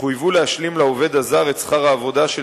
יחויבו להשלים לעובד הזר שכר עבודה של